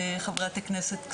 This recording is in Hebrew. חברת הכנסת,